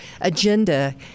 agenda